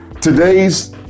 Today's